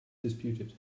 disputed